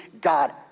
God